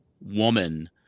Woman